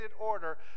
order